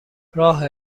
راه